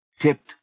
tipped